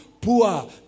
poor